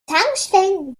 tankstellen